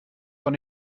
von